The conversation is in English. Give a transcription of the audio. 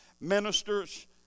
ministers